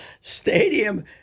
stadium